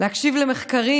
להקשיב למחקרים,